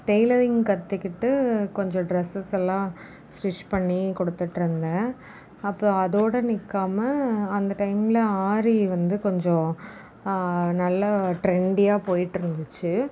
tailoring கற்றுக்கிட்டு கொஞ்சம் dresses எல்லாம் ஸ்ட்ரிச் பண்ணி கொடுத்துட்டு இருந்தேன் அப்புறோம் அதோட நிக்காமல் அந்த டைமில் ஆரி வந்து கொஞ்சம் நல்லா ட்ரெண்டியாக போய்கிட்டு இருந்துச்சு